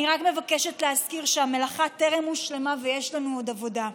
אני רק מבקשת להזכיר שהמלאכה טרם הושלמה ושיש לנו עוד עבודה.